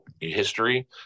history